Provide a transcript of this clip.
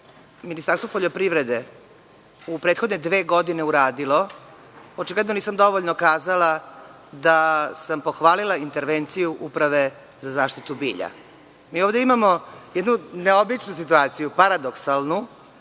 Ministarstvo poljoprivrede u prethodne dve godine uradilo, očigledno nisam dovoljno kazala da sam pohvalila intervenciju Uprave za zaštitu bilja. Ovde imamo jednu neobičnu situaciju, paradoksalnu.